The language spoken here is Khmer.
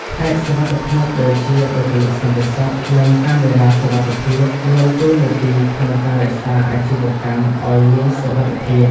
ផ្នែកសុវត្ថិភាពដូចជាបុគ្គលិកសន្តិសុខ និងកាមេរ៉ាសុវត្ថិភាព មានតួនាទីក្នុងការរក្សាអាជីវកម្មឲ្យមានសុវត្ថិភាព។